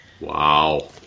Wow